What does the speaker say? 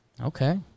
Okay